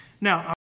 Now